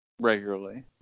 regularly